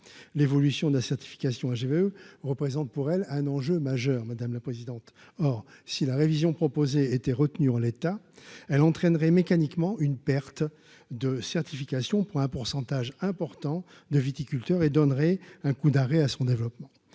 l'évolution de la certification HVE représente pour elle un enjeu majeur, madame la présidente, or, si la révision proposée était retenu en l'état, elle entraînerait mécaniquement une perte de certification pour un pourcentage important de viticulteurs et donnerait un coup d'arrêt à son développement,